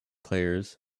players